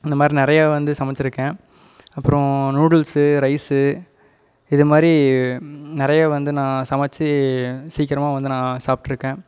அந்தமாதிரி நிறையா வந்து சமைச்சிருக்கேன் அப்புறோம் நூடுல்சு ரைசு இதுமாதிரி நிறையா வந்து நான் சமைச்சி சீக்கிரமாக வந்து நான் சாப்பிட்ருக்கன்